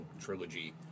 trilogy